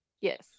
Yes